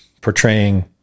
portraying